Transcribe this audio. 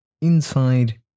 inside